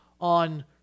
on